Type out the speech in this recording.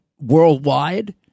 Worldwide